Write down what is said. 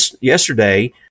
yesterday